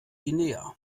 guinea